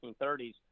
1930s